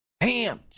ham